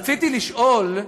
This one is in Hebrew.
רציתי לשאול,